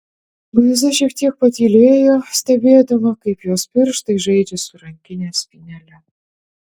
luiza šiek tiek patylėjo stebėdama kaip jos pirštai žaidžia su rankinės spynele